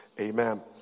Amen